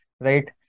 right